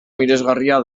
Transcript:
miresgarria